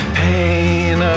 pain